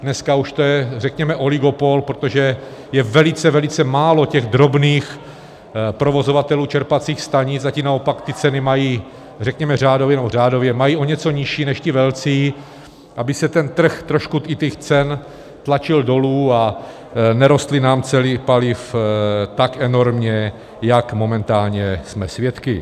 Dneska už to je řekněme oligopol, protože je velice, velice málo drobných provozovatelů čerpacích stanic, a ti naopak ceny mají řekněme řádově nebo řádově, mají je o něco nižší než ti velcí, aby se ten trh trošku i těch cen tlačil dolů a nerostly nám ceny paliv tak enormně, jak momentálně jsme svědky.